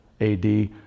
AD